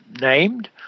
named